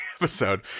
episode